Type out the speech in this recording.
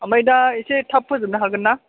ओमफ्राय दा इसे थाब फोजोबनो हागोन ना